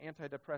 antidepressants